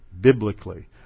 biblically